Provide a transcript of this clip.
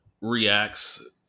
reacts